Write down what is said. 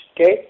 okay